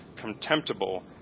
contemptible